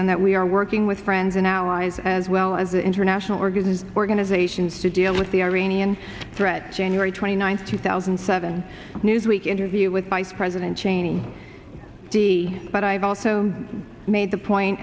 and that we are working with friends and allies as well as the international organ organizations to deal with the iranian threat january twenty ninth two thousand and seven newsweek interview with vice president cheney the but i've also made the point